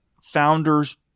founders